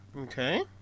Okay